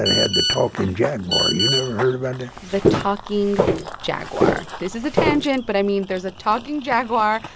had the talking jaguar you never heard about that? the talking jaguar this is a tangent. but i mean, there's a talking jaguar.